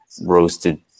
roasted